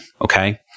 okay